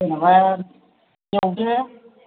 जेनेबा एवदो